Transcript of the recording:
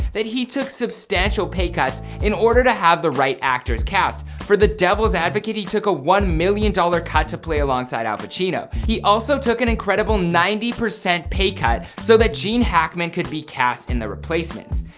that he took substantial pay cuts in order to have the right actors cast. for the devil's advocate he took a one million dollars dollar cut to play alongside al pacino. he also took an incredible ninety percent pay cut so that gene hackman could be cast in the replacements.